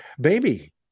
baby